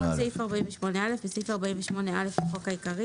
תיקון סעיף 48א29.בסעיף 48א לחוק העיקרי